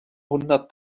hundert